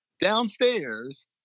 downstairs